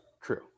True